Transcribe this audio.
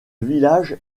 village